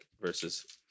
versus